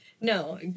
No